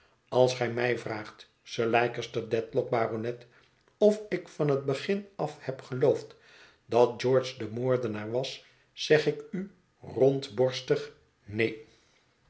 als gij mij vraagt sir leicester dedlock baronet of ik van het begin af heb geloofd dat george de moordenaar was zeg ik u rondborstig neen